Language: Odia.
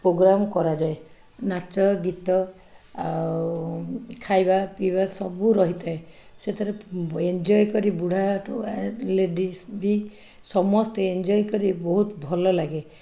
ପ୍ରୋଗ୍ରାମ୍ କରାଯାଏ ନାଚ ଗୀତ ଆଉ ଖାଇବା ପିଇବା ସବୁ ରହିଥାଏ ସେଥିରେ ଏଞ୍ଜୟ କରି ବୁଢ଼ାଠୁ ଲେଡ଼ିଜ୍ ବି ସମସ୍ତେ ଏଞ୍ଜୟ କରି ବହୁତ ଭଲ ଲାଗେ